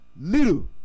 little